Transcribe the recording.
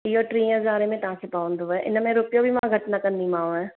इहो टीं हज़ार में तव्हांखे पवंदुव हिन में रुपियो बि मां घटि न कंदीमांव